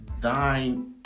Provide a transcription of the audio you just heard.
thine